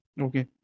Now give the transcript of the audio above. Okay